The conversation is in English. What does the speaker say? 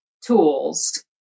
tools